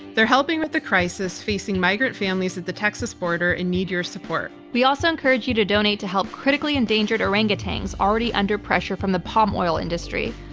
they're helping with the crisis facing migrant families at the texas border and need your support. we also encourage you to donate to help critically endangered orangutans already under pressure from the palm oil industry.